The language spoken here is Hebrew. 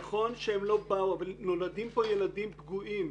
נכון שהם לא באו אבל נולדים כאן ילדים פגועים.